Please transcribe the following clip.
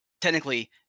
technically